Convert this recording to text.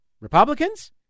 Republicans